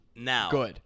Now